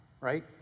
right